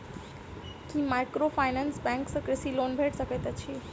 की microfinance bank सँ कृषि loan भेटि सकैत अछि?